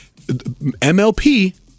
MLP